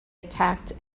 attacked